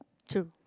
true